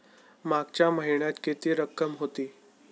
मागच्या महिन्यात किती रक्कम होती?